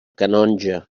canonja